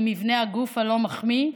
עם מבנה הגוף הלא-מחמיא,